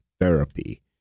therapy